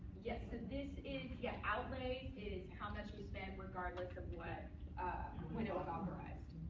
yes, ah this is, yeah, outlays is how much we spent regardless of what when it was authorized.